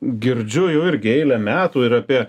girdžiu jau irgi eilę metų ir apie